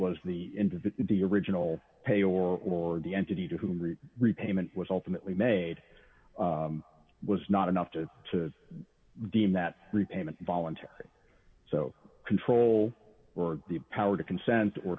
was the end of the regional pay or the entity to whom the repayment was ultimately made was not enough to deem that repayment voluntary so control or the power to consent or